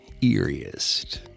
eeriest